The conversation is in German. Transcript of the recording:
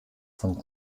von